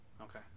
Okay